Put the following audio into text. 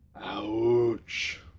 ouch